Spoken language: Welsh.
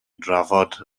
drafod